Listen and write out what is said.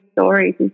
stories